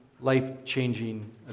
life-changing